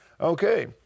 Okay